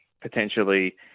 potentially